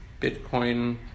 bitcoin